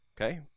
okay